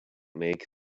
make